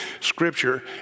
Scripture